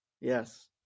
yes